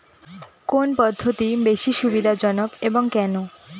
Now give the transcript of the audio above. কোন পদ্ধতি বেশি সুবিধাজনক এবং কেন?